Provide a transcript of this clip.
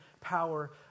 power